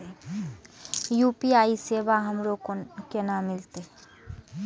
UPI सेवा हमरो केना मिलते?